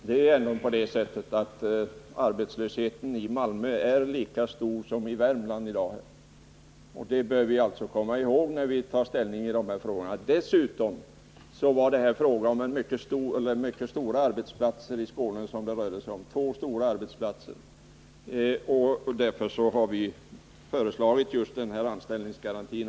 Fru talman! Arbetslösheten i Malmö är i dag lika stor som den i Värmland. Det bör vi komma ihåg när vi tar ställning i de här frågorna. Dessutom är det två mycket stora arbetsplatser i Skåne som drabbas, och bl.a. därför har vi föreslagit den här anställningsgarantin.